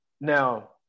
Now